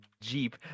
Jeep